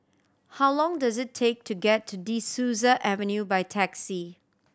how long does it take to get to De Souza Avenue by taxi